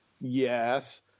Yes